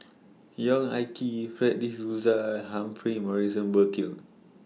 Yong Ah Kee Fred De Souza Humphrey Morrison Burkill